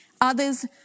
Others